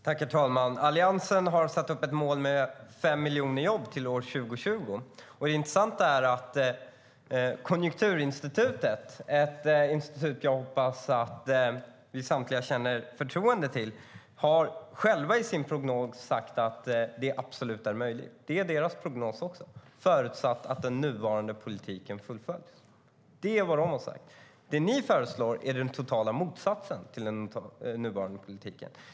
Herr talman! Alliansen har satt upp ett mål om fem miljoner jobb till år 2020. Det intressanta är att Konjunkturinstitutet - ett institut som jag hoppas att vi samtliga känner förtroende för - har sagt i sin egen prognos att det absolut är möjligt. Det är deras prognos också, förutsatt att den nuvarande politiken fullföljs. Det är vad de har sagt. Det ni föreslår är den totala motsatsen till den nuvarande politiken.